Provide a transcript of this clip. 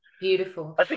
Beautiful